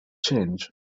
change